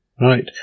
Right